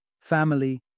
family